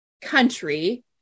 country